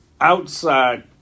outside